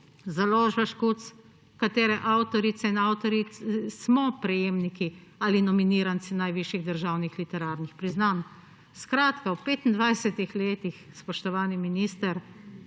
založba Škuc, katere avtorice in avtorji smo prejemniki ali nominiranci najvišjih državnih literarnih priznanj. Skratka v 25-ih letih, spoštovani minister,